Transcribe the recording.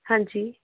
ਹਾਂਜੀ